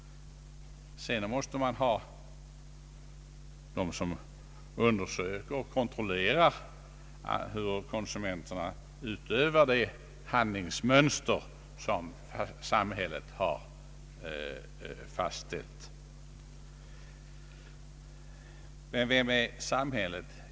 Sedan måste man också ha någon som undersöker och kontrollerar hur konsumenterna utövar det handlingsmönster som samhället har fastställt. Men vem är samhället?